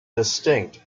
distinct